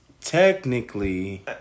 Technically